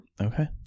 Okay